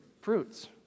fruits